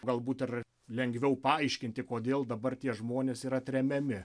galbūt ir lengviau paaiškinti kodėl dabar tie žmonės yra tremiami